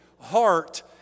heart